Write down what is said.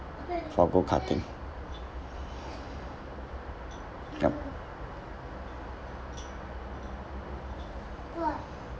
for go karting yup